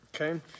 Okay